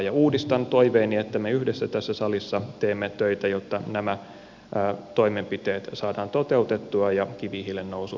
ja uudistan toiveeni että me yhdessä tässä salissa teemme töitä jotta nämä toimenpiteet saadaan toteutettua ja kivihiilen nousu taitettua